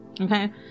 okay